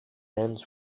ends